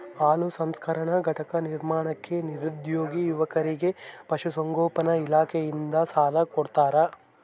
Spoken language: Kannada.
ಹಾಲು ಸಂಸ್ಕರಣಾ ಘಟಕ ನಿರ್ಮಾಣಕ್ಕೆ ನಿರುದ್ಯೋಗಿ ಯುವಕರಿಗೆ ಪಶುಸಂಗೋಪನಾ ಇಲಾಖೆಯಿಂದ ಸಾಲ ಕೊಡ್ತಾರ